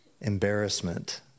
embarrassment